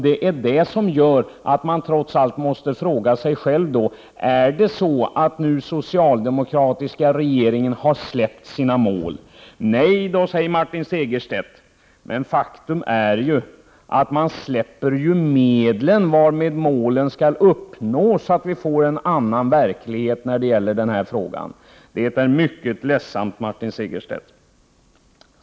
Det gör att man måste fråga sig själv om den socialdemokratiska regeringen har släppt sina mål. Nej, säger Martin Segerstedt. Men faktum är att man släpper medlen varmed målen skall uppnås. Det är mycket ledsamt, Martin Segerstedt.